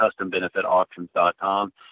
custombenefitauctions.com